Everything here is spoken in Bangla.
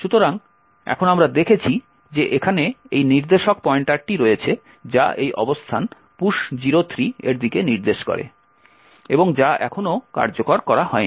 সুতরাং এখন আমরা দেখেছি যে এখানে এই নির্দেশক পয়েন্টারটি রয়েছে যা এই অবস্থান push 03 এর দিকে নির্দেশ করে এবং যা এখনও কার্যকর করা হয়নি